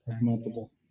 multiple